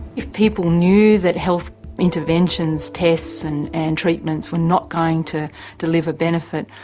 if people knew that health interventions, tests and and treatments were not going to deliver benefit,